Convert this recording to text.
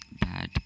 bad